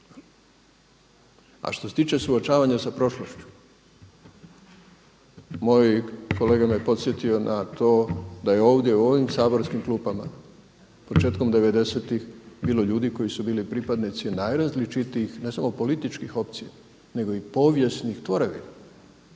A što se tiče, suočavanja sa prošlošću, moj kolega me podsjetio na to da je ovdje u ovim saborskim klupama početkom 90-tih bilo ljudi koji su bili pripadnici najrazličitijih, ne samo političkih opcija, nego i povijesnih tvorevina.